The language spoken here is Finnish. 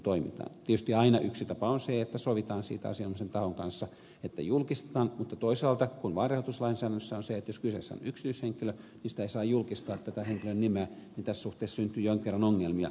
tietysti aina yksi tapa on se että sovitaan siitä asianomaisen tahon kanssa että julkistetaan mutta toisaalta kun vaalirahoituslainsäädännössä on sanottu että jos kyseessä on yksityishenkilö tätä henkilön nimeä ei saa julkistaa niin tässä suhteessa syntyy jonkin kerran ongelmia